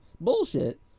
bullshit